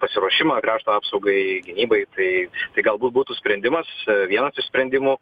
pasiruošimą krašto apsaugai gynybai tai tai galbūt būtų sprendimas vienas iš sprendimų